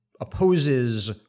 opposes